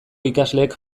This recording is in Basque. ikasleek